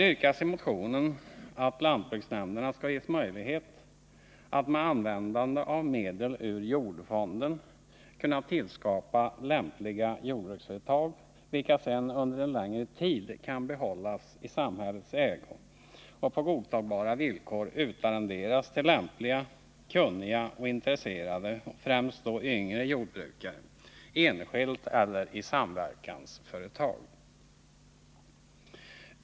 I motionen yrkas att lantbruksnämnderna skall ges möjlighet att med användande av medel ur jordfonden tillskapa lämpliga jordbruksföretag, vilka sedan under en längre tid kan behållas i samhällets ägo och på godtagbara villkor utarrenderas till lämpliga, kunniga och intresserade, främst yngre, jordbrukare — enskilt eller i samverkansföretag.